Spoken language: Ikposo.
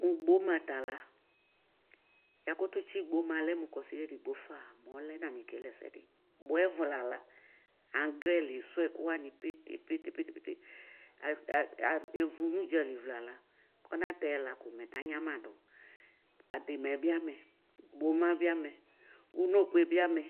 Mʋ gboma tala yakʋtʋ tsi gboma lɛ mʋ kɔsida edigbo faa mɔlɛ namekele ɛsɛdi bʋa ɛvʋla agrɛ leso ɛkʋ wanɩ pete, pete, pete evʋnʋ ʋdzalɩ vla la kɔnatɛ ɛla kɔmɛ tanya dʋ ademɛbiamɛ gboma bi amɛ ʋnokoe bi amɛ